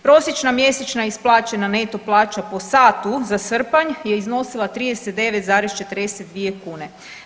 Prosječna mjesečna isplaćena neto plaća po satu za srpanj je iznosila 39,42 kune.